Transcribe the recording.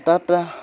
তাত